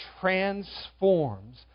transforms